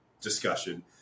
discussion